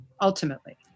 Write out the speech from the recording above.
ultimately